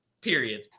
period